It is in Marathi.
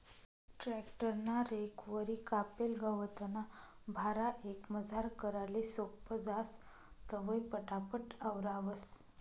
ट्रॅक्टर ना रेकवरी कापेल गवतना भारा एकमजार कराले सोपं जास, तवंय पटापट आवरावंस